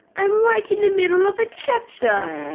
i'm right in the middle of a chapter!